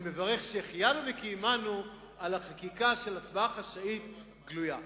אני מברך שהחיינו וקיימנו על החקיקה של הצבעה חשאית-גלויה.